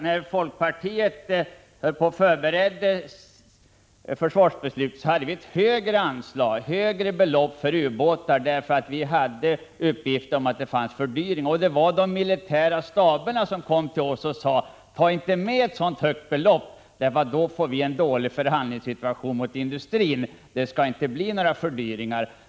När folkpartiet förberedde sina förslag inför försvarsbeslutet hade vi tagit upp étt högre belopp för ubåtar, eftersom vi fått uppgift om att det skulle bli en fördyring. Representanter för de militära staberna sade emellertid till oss: Ta inte upp ett så högt belopp — då får vi en dålig förhandlingssituation gentemot industrin, för det skall inte bli fördyringar.